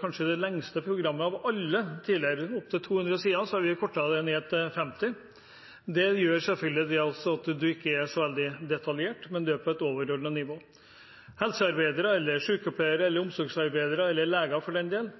kanskje det lengste programmet av alle, opp til 200 sider, så vi tok grep og kortet det ned til 50 sider. Det gjør selvfølgelig at man ikke er så veldig detaljert, men man er på et overordnet nivå. Helsearbeidere, sykepleiere, omsorgsarbeidere eller leger for den del